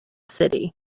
city